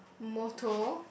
motto